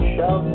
Show